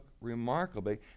remarkably